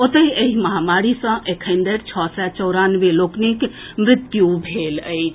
ओतहि एहि महामारी सँ एखन धरि छओ सय चौरानवे लोकनिक मृत्यु भेल अछि